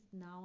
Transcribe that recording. now